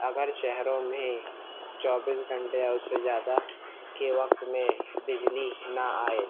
اگر شہروں میں چوبیس گھنٹے یا اُس سے زیادہ کے وقت میں بجلی نہ آئے